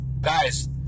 guys